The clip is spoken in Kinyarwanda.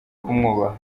kumwubaha